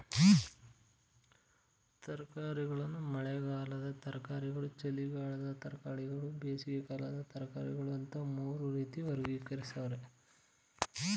ತರಕಾರಿಯನ್ನು ಮಳೆಗಾಲದ ತರಕಾರಿಗಳು ಚಳಿಗಾಲದ ತರಕಾರಿಗಳು ಬೇಸಿಗೆಕಾಲದ ತರಕಾರಿಗಳು ಅಂತ ಮೂರು ರೀತಿ ವರ್ಗೀಕರಿಸವ್ರೆ